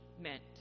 meant